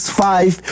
five